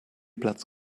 platzt